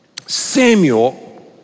Samuel